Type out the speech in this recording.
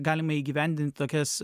galima įgyvendint tokias